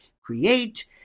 create